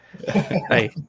Hey